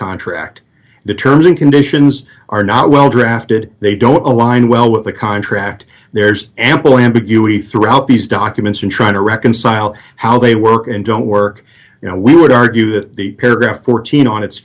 contract the terms and conditions are not well drafted they don't align well with the contract there's ample ambiguity throughout these documents in trying to reconcile how they work and don't work you know we would argue that the paragraph fourteen on its